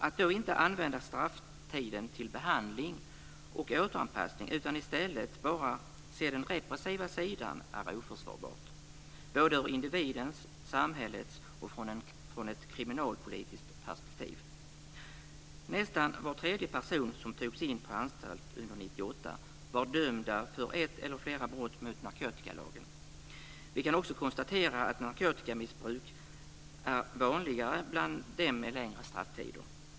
Att då inte använda strafftiden till behandling och återanpassning, utan i stället bara se den repressiva sidan, är oförsvarbart såväl i ett individ och samhällsperspektiv som i ett kriminalpolitiskt perspektiv. Nästan var tredje person som togs in på anstalt under 1998 var dömd för ett eller flera brott mot narkotikalagen. Vi kan också konstatera att narkotikamissbruk är vanligare bland dem med längre strafftider.